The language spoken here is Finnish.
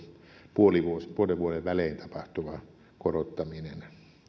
puolen vuoden vuoden välein tapahtuva korottaminen